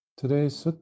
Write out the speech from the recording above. Today's